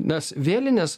nes vėlinės